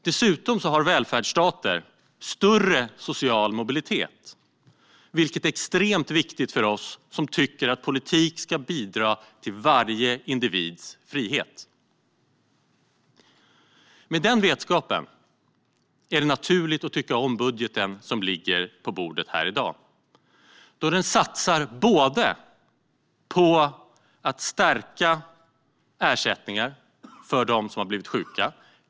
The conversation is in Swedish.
Dessutom har välfärdsstater större social mobilitet, vilket är extremt viktigt för oss som tycker att politik ska bidra till varje individs frihet. Med den vetskapen är det naturligt att tycka om budgeten som ligger på bordet här i dag. Den satsar på att stärka ersättningar för dem som har blivit sjuka.